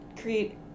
create